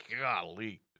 Golly